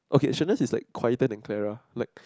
okay shouldn't is like quieten and Clara like